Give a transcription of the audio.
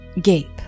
gape